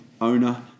owner